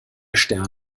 sterne